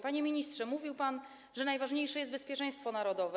Panie ministrze, mówił pan, że najważniejsze jest bezpieczeństwo narodowe.